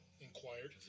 inquired